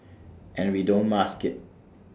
and we don't mask IT